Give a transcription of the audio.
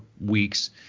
weeks